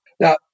Now